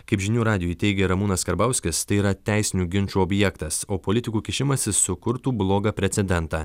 kaip žinių radijui teigė ramūnas karbauskis tai yra teisinių ginčų objektas o politikų kišimasis sukurtų blogą precedentą